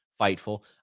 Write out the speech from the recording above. Fightful